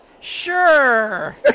Sure